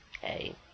hey